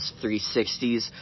360's